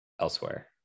elsewhere